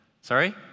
Sorry